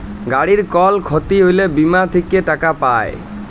গাড়ির কল ক্ষতি হ্যলে বীমা থেক্যে টাকা পায়